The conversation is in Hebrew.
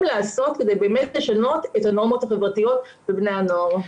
לעשות כדי באמת לשנות את הנורמות החברתיות בבני הנוער.